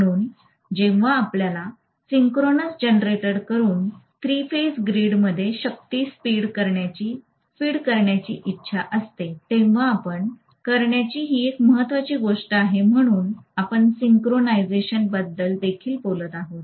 म्हणून जेव्हा आपल्याला सिंक्रोनास जनरेटरकडून थ्री फेज ग्रीडमध्ये शक्ती फीड करण्याची इच्छा असते तेव्हा आपण करण्याची ही एक महत्त्वाची गोष्ट आहे म्हणून आपण सिंक्रोनाइझेशनबद्दल देखील बोलत आहोत